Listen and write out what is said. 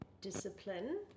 discipline